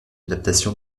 adaptation